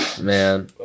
man